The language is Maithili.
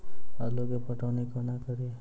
आलु केँ पटौनी कोना कड़ी?